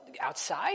Outside